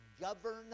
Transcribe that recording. govern